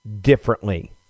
differently